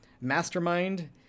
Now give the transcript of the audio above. Mastermind